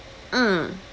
mm